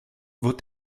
vos